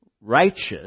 righteous